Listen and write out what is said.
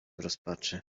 rozpaczy